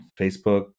Facebook